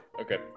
Okay